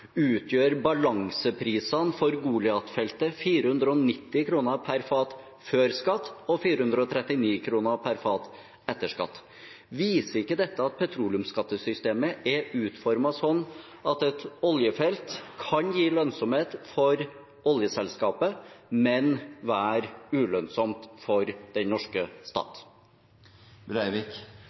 utgjør balanseprisene over henholdsvis 490 kr./fat før skatt og 439 kr./fat etter skatt.» Viser ikke dette at petroleumsskattesystemet er utformet slik at et oljefelt kan gi lønnsomhet for oljeselskapet, men være ulønnsomt for den norske